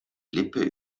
lippe